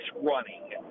running